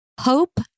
Hope